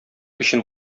өчен